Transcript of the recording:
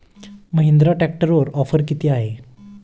महिंद्रा ट्रॅक्टरवर ऑफर किती आहे?